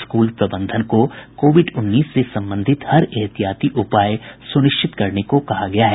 school प्रबंधन को covid उन्नीस से संबंधित हर एहतियाती उपाय सुनिश्चित करने को कहा गया है